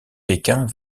pékin